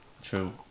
True